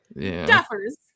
Duffers